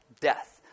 Death